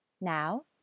Now